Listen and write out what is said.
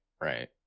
right